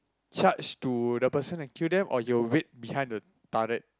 charge to the person and kill them or you will wait behind the turret